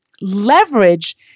Leverage